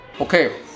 Okay